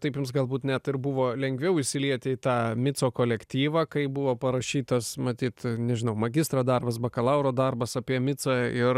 taip jums galbūt net ir buvo lengviau įsiliet į tą mico kolektyvą kai buvo parašytas matyt nežinau magistro darbas bakalauro darbas apie micą ir